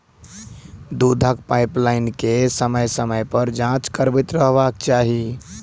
दूधक पाइपलाइन के समय समय पर जाँच करैत रहबाक चाही